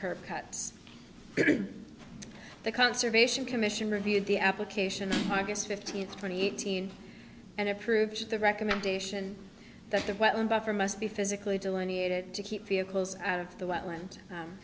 curb cuts the conservation commission reviewed the application i guess fifteen twenty eighteen and approved the recommendation that the whiteman buffer must be physically delineated to keep vehicles out of the wetland